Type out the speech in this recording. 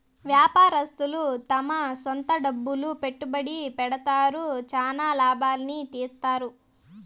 వ్యాపారస్తులు తమ సొంత డబ్బులు పెట్టుబడి పెడతారు, చానా లాభాల్ని తీత్తారు